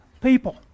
people